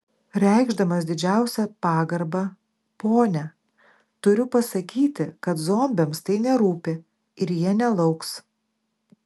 reikšdamas didžiausią pagarbą ponia turiu pasakyti kad zombiams tai nerūpi ir jie nelauks